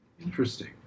Interesting